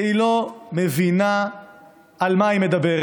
והיא לא מבינה על מה היא מדברת.